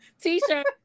t-shirt